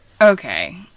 okay